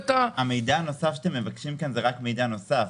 המידע הנוסף שאתם מבקשים כאן הוא רק מידע נוסף.